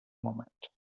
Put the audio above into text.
moment